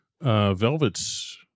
Velvet's